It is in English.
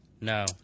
No